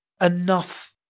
enough